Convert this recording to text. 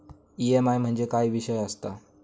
EMI म्हणजे काय विषय आसता?